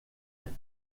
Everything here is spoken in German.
hat